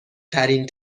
ترین